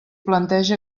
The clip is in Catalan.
planteja